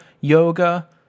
yoga